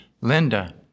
Linda